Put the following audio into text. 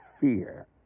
fear